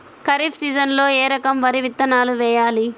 ఖరీఫ్ సీజన్లో ఏ రకం వరి విత్తనాలు వేయాలి?